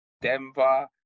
Denver